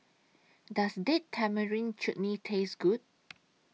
Does Date Tamarind Chutney Taste Good